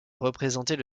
représentait